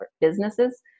businesses